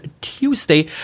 Tuesday